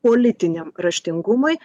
politiniam raštingumui